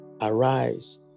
arise